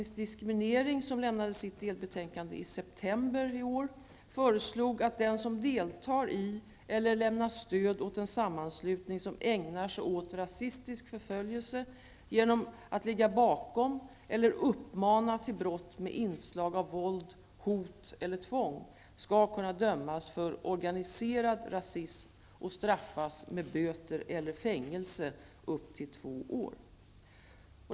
, som lämnade sitt delbetänkande i september 1991, föreslog att den som deltar i eller lämnar stöd åt en sammanslutning som ägnar sig åt rasistisk förföljelse genom att ligga bakom eller uppmana till brott med inslag av våld, hot eller tvång skall kunna dömas för organiserad rasism och straffas med böter eller fängelse upp till två år.